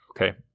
okay